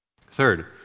Third